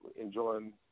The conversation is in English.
enjoying